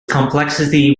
complexity